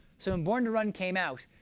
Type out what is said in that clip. so when born to run came out,